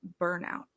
burnout